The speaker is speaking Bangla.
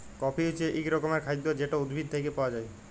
কফি হছে ইক রকমের খাইদ্য যেট উদ্ভিদ থ্যাইকে পাউয়া যায়